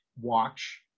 watch